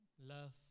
love